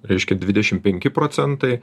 reiškia dvidešim penki procentai